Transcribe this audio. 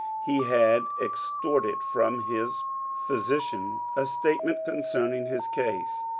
he had extorted from his physician a statement concerning his case,